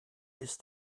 ist